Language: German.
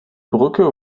brücke